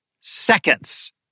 seconds